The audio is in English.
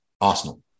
Arsenal